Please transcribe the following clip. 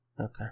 Okay